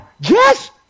Yes